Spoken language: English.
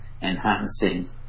enhancing